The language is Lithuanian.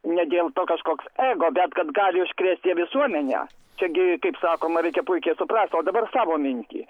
ne dėl to kažkoks ego bet kad gali užkrėsti visuomenę čia gi kaip sakoma reikia puikiai suprat o dabar savo mintį